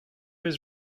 his